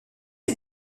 est